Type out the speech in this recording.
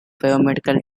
biomedical